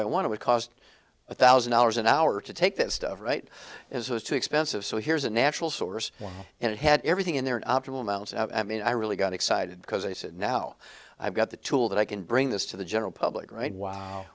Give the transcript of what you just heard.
by one it would cost a thousand dollars an hour to take that stuff right as it was too expensive so here's a natural source and it had everything in there an optimal amount i mean i really got excited because i said now i've got the tool that i can bring this to the general public right wow